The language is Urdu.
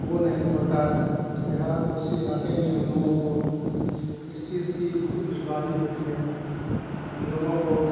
وہ نہیں ہوتا بہار کوسی علاقے میں ہم لوگوں کو اس چیز کی بہت دشواری ہوتی ہے ہم لوگوں کو